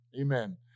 Amen